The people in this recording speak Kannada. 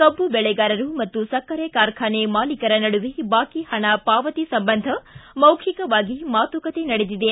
ಕಬ್ಬು ಬೆಳೆಗಾರರು ಮತ್ತು ಸಕ್ಕರೆ ಕಾರ್ಖಾನೆ ಮಾಲೀಕರ ನಡುವೆ ಬಾಕಿ ಹಣ ಪಾವತಿ ಸಂಬಂಧ ಮೌಖಿಕವಾಗಿ ಮಾತುಕತೆ ನಡೆದಿದೆ